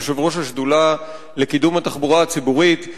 יושב-ראש השדולה לקידום התחבורה הציבורית.